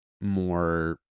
more